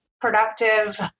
productive